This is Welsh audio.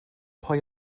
pwy